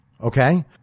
okay